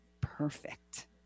perfect